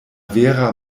vera